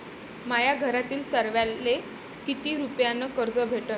माह्या घरातील सर्वाले किती रुप्यान कर्ज भेटन?